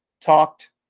talked